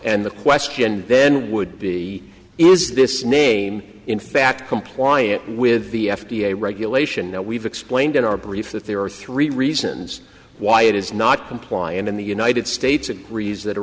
and the question then would be is this name in fact compliant with the f d a regulation that we've explained in our brief that there are three reasons why it is not comply and in the united states agrees that a re